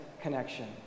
connection